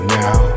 now